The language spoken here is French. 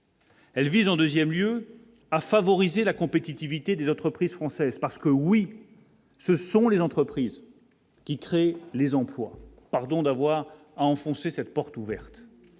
Elle vise en 2ème lieu à favoriser la compétitivité des entreprises françaises, parce que oui, ce sont les entreprises qui créent les emplois, pardon d'avoir enfoncé cette porte ouverte,